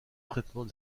traitement